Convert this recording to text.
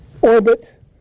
orbit